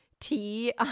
tea